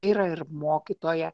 yra ir mokytoja